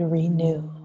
renew